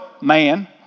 man